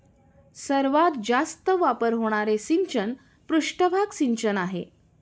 सर्वात जास्त वापर होणारे सिंचन पृष्ठभाग सिंचन आहे